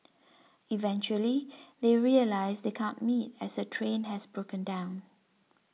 eventually they realise they can't meet as her train has broken down